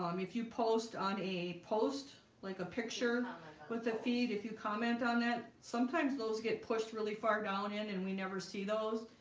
um if you post on a post like a picture with the feed if you comment on that, sometimes those get pushed really far down in and we never see those